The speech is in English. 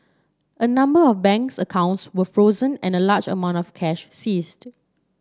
a number of banks accounts were frozen and a large amount of cash seized